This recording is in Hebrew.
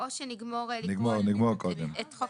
או שנגמור קודם את חוק